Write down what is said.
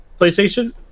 PlayStation